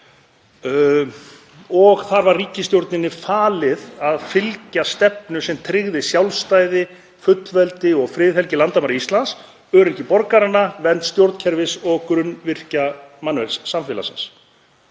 og þar var ríkisstjórninni falið að fylgja stefnu sem tryggði sjálfstæði, fullveldi og friðhelgi landamæra Íslands, öryggi borgaranna, vernd stjórnkerfis og grunnvirkja mannauðs samfélagsins.